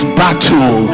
battle